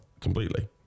completely